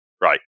right